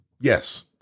Yes